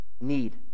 need